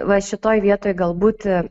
va šitoj vietoj galbūt